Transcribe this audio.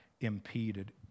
impeded